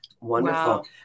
Wonderful